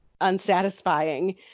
unsatisfying